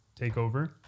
takeover